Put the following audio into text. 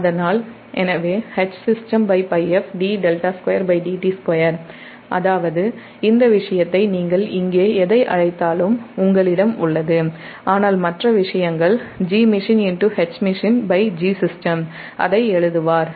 எனவே அதாவது இந்த விஷயத்தை நீங்கள் இங்கே எதை அழைத்தாலும் உங்களிடம் உள்ளது ஆனால் மற்ற விஷயங்கள் GmachineHmachineGsystem அதை எழுதுவார் Hsystem